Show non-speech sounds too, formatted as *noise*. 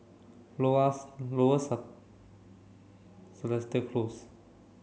*unintelligible* Lower *unintelligible* Seletar Close